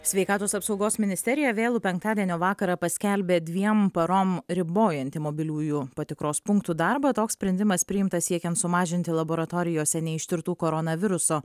sveikatos apsaugos ministerija vėlų penktadienio vakarą paskelbė dviem parom ribojanti mobiliųjų patikros punktų darbą toks sprendimas priimtas siekiant sumažinti laboratorijose neištirtų koronaviruso